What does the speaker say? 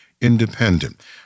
independent